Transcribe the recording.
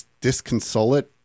disconsolate